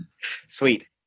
Sweet